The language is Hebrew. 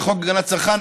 לחוק הגנת הצרכן,